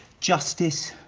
justice.